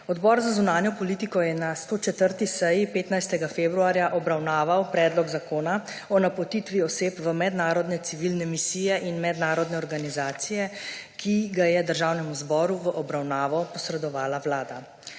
Odbor za zunanjo politiko je na 104. seji 15. februarja obravnaval Predlog zakona o napotitvi oseb v mednarodne civilne misije in mednarodne organizacije, ki ga je Državnemu zboru v obravnavo posredovala Vlada.